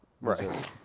right